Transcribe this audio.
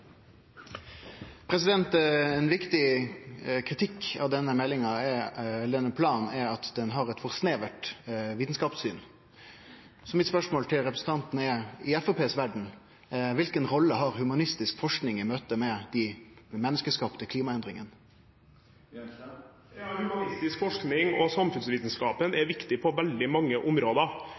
at han har eit for snevert syn på vitskapen. Mitt spørsmål til representanten er: Kva for rolle har humanistisk forsking i møte med dei menneskeskapte klimaendringane i Framstegspartiet si verd? Humanistisk forskning og samfunnsvitenskap er viktig på veldig mange